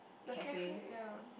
the cafe ya